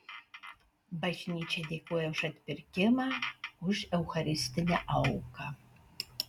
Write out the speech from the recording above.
bažnyčia dėkoja už atpirkimą už eucharistinę auką